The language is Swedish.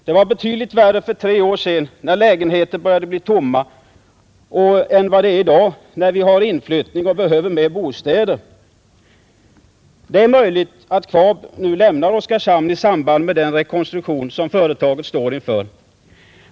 Det var betydligt värre för tre år sedan, när lägenheter började bli tomma, än det är i dag när vi har inflyttning och behöver mer bostäder. Det är möjligt att KVAB nu lämnar Oskarshamn i samband med den rekonstruktion som företaget står inför.